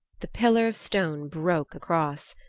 the pillar of stone broke across.